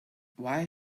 why